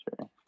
sure